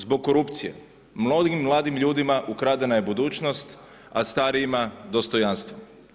Zbog korupcije mnogim mladim ljudima ukradena je budućnost, a starijima dostojanstvo.